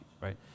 right